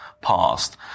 past